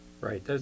Right